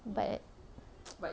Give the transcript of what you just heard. but